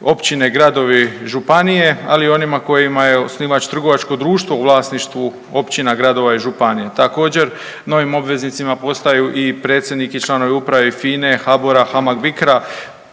općine gradovi, županije, ali i onima kojima je osnivač trgovačko društvo u vlasništvu općina, gradova i županije. Također novim obveznicima postaju i predsjednik i članovi uprave FINA-e, HBOR-a, HAMAG-BICRO-a,